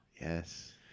Yes